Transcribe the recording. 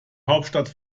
hauptstadt